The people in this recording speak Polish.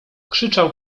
krzyczał